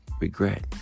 Regret